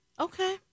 Okay